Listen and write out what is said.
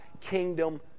kingdom